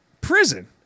Prison